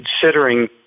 considering—